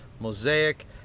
mosaic